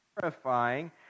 terrifying